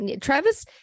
Travis